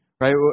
Right